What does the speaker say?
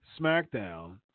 SmackDown